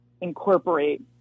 incorporate